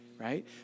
right